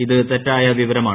ഇത് തെറ്റായ വിവരമാണ്